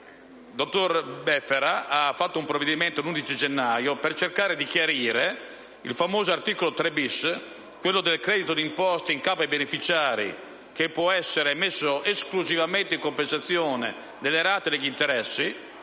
il dottor Befera ha adottato un provvedimento per cercare di chiarire il famoso articolo 3-*bis* sul credito di imposta in capo ai beneficiari, che può essere messo esclusivamente in compensazione delle rate degli interessi.